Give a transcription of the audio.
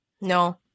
no